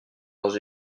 dans